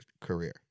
career